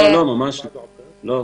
לא, ממש לא.